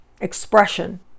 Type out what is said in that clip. expression